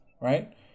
right